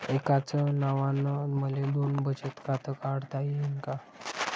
एकाच नावानं मले दोन बचत खातं काढता येईन का?